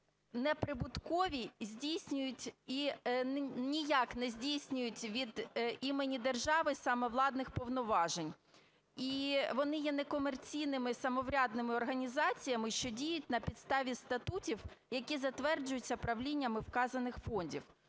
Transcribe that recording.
неприбуткові, ніяк не здійснюють від імені держави саме владних повноважень. І вони є некомерційними самоврядними організаціями, що діють на підставі статутів, які затверджуються правліннями вказаних фондів.